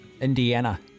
Indiana